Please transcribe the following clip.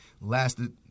lasted